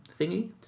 thingy